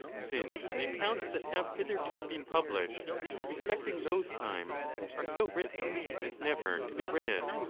since the accounts that have hitherto been published respecting those times are so written as never to be read.